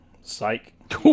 Psych